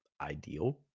ideal